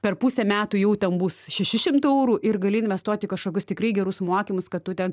per pusę metų jau ten bus šeši šimtai eurų ir gali investuoti į kažkokius tikrai gerus mokymus kad tu ten